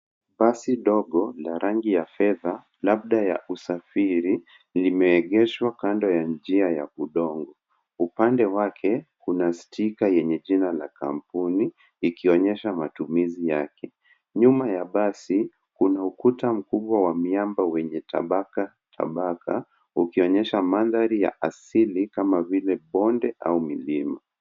Basi dogo la rangi ya fedha labda ya usafiri limeegeshwa kando ya njia ya udongo. Upande wake kuna stika kwenye jina ya kampuni ikionyesha matumizi yake. Nyuma ya basi kuna ukuta mkubwa ya mbiamba wenye tabaka ukionyesha mandhari ya asili kama vile bonde ama mlima.